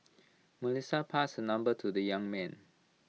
Melissa passed the number to the young man